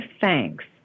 thanks